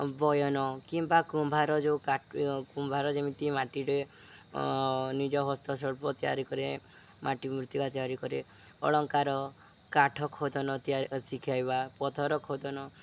ବୟନ କିମ୍ବା କୁମ୍ଭାର ଯେଉଁ କୁମ୍ଭାର ଯେମିତି ମାଟିରେ ନିଜ ହସ୍ତଶିଳ୍ପ ତିଆରି କରେ ମାଟି ମୃର୍ତ୍ତି ତିଆରି କରେ ଅଳଙ୍କାର କାଠ ଖୋଦନ ତିଆରି ଶିଖାଇବା ପଥର ଖୋଦନ